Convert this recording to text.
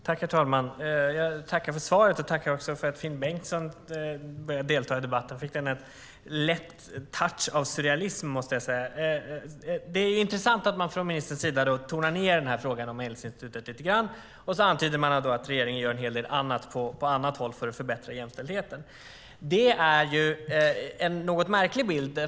Herr talman! Jag tackar för svaret, och jag tackar också för att Finn Bengtsson deltar i debatten. Den har fått en lätt touch av surrealism. Det intressant att ministern tonar ned frågan om Medlingsinstitutet. Sedan antyder hon att regeringen gör en hel del annat på andra håll för att förbättra jämställdheten. Det är en något märklig bild.